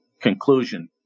conclusion